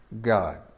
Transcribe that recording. God